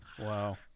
wow